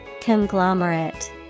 Conglomerate